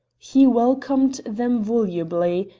he welcomed them volubly,